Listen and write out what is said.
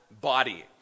body